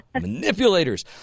manipulators